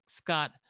Scott